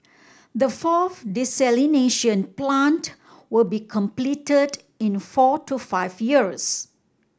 the fourth desalination plant will be completed in four to five years